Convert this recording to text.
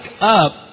up